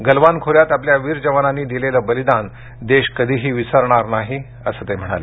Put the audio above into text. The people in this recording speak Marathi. गल्वान खोऱ्यात आपल्या वीर जवानांनी दिलेलं बलिदान देश कधीही विसरणार नाही असं ते म्हणाले